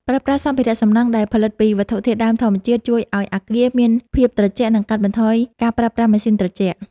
ប្រើប្រាស់សម្ភារៈសំណង់ដែលផលិតពីវត្ថុធាតុដើមធម្មជាតិជួយឱ្យអគារមានភាពត្រជាក់ និង កាត់បន្ថយការប្រើប្រាស់ម៉ាស៊ីនត្រជាក់។